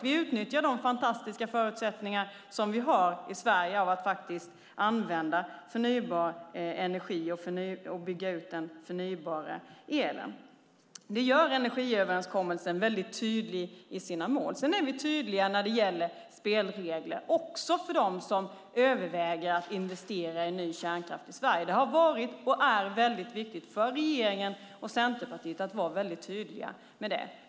Vi utnyttjar de fantastiska förutsättningar vi har i Sverige att använda förnybar energi och bygga ut den förnybara elen. Det gör energiöverenskommelsen väldigt tydlig i sina mål. Sedan är vi tydliga när det gäller spelregler, också för dem som överväger att investera i ny kärnkraft i Sverige. Det har varit och är väldigt viktigt för regeringen och Centerpartiet att vara tydliga med det.